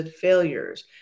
failures